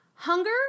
Hunger